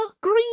green